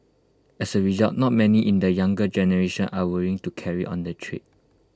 as A result not many in the younger generation are willing to carry on the trade